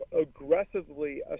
aggressively